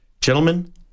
Gentlemen